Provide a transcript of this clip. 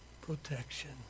protection